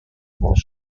was